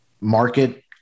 market